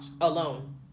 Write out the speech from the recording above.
alone